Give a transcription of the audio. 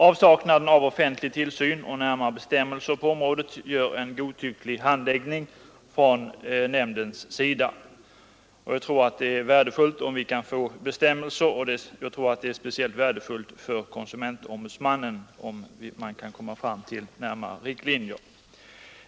Avsaknaden av offentlig tillsyn och närmare bestämmelser på området ger en godtycklig handläggning från berörda organs sida. Det vore värdefullt om vi snabbt kunde få fram bestämmelser, och såväl KO som flertalet hjälporganisationer skulle hälsa det med tillfredsställelse.